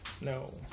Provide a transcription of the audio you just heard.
No